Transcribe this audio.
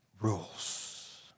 rules